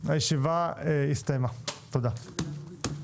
הישיבה ננעלה בשעה 10:39.